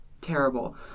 terrible